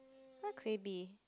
what could it be